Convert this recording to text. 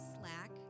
slack